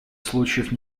случаев